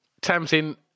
Tamsin